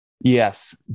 Yes